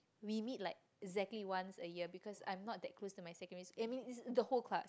we meet like exactly once a year because I am not that close to my secondary school I mean the whole class